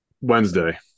Wednesday